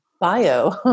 bio